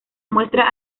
muestra